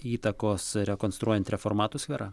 įtakos rekonstruojant reformatų skverą